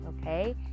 Okay